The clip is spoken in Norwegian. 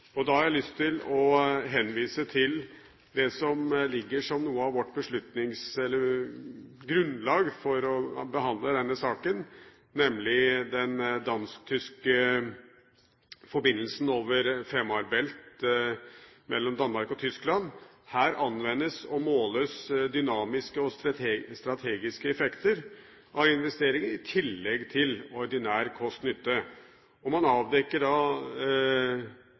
har jeg lyst til å henvise til det som er noe av vårt grunnlag for å behandle denne saken, nemlig den dansk-tyske forbindelsen over Fehmarn Belt mellom Danmark og Tyskland. Her anvendes og måles dynamiske og strategiske effekter av investeringer, i tillegg til ordinær kost–nytte. Man avdekker da